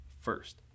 first